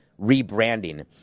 rebranding